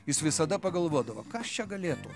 jis visada pagalvodavo kas čia galėtų